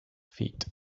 feet